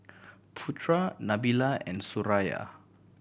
Putra Nabila and Suraya